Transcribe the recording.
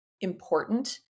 important